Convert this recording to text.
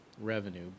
revenue